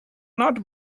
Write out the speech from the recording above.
not